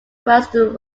western